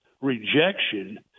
rejection